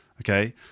okay